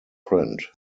print